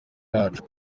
wacu